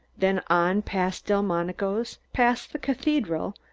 then on past delmonico's, past the cathedral,